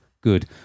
Good